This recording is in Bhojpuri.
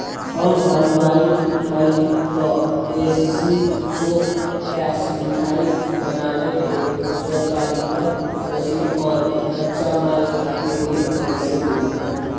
हम हलुवाई हईं त ए.सी शो कैशमिठाई बनावे के स्वचालित मशीन और कच्चा माल खातिर ऋण कइसे मिली?